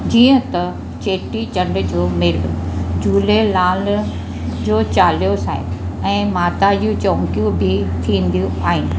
जींअ त चेटीचण्ड जो मेलो झूलेलाल जो चालीहो साहिब ऐं माता जूं चौकियूं बि थींदियूं आहिनि